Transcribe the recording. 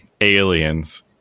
aliens